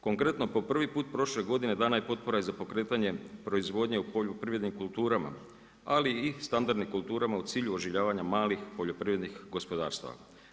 Konkretno prvi put prošle godine dana je potpora i za pokretanje proizvodnje u polju privrednih kulturama, ali i standardnih kulturama u cilju oživljavanja malih poljoprivrednih gospodarstava.